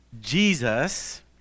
Jesus